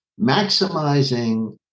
maximizing